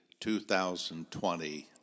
2020